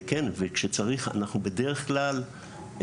וכשצריך אנחנו בדרך כלל,